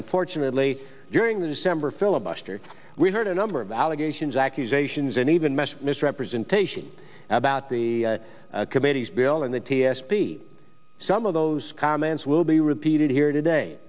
unfortunately during the december filibuster we heard a number of allegations accusations and even meshed misrepresentation about the committees bill and the t s p some of those comments will be repeated here today